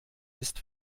ist